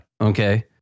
Okay